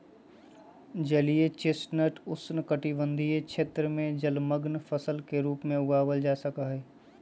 जलीय चेस्टनट उष्णकटिबंध क्षेत्र में जलमंग्न फसल के रूप में उगावल जा सका हई